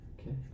Okay